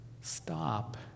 Stop